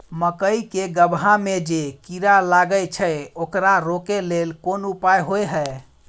मकई के गबहा में जे कीरा लागय छै ओकरा रोके लेल कोन उपाय होय है?